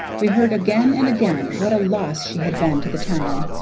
we heard again and again what a loss she had been to the town,